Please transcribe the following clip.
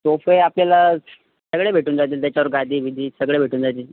सोफे आपल्याला सगळे भेटून जातील त्याच्यावर गादी बिदी सगळे भेटून जातील